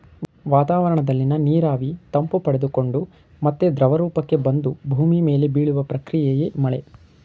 ವಾತಾವರಣದಲ್ಲಿನ ನೀರಾವಿ ತಂಪು ಪಡೆದುಕೊಂಡು ಮತ್ತೆ ದ್ರವರೂಪಕ್ಕೆ ಬಂದು ಭೂಮಿ ಮೇಲೆ ಬೀಳುವ ಪ್ರಕ್ರಿಯೆಯೇ ಮಳೆ